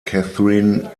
catherine